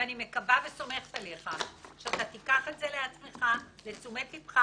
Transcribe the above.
ואני מקווה וסומכת עליך שאתה תיקח את זה לתשומת ליבך